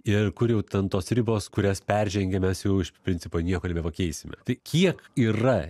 ir kur jau ten tos ribos kurias peržengę mes jau iš principo nieko nebepakeisime tai kiek yra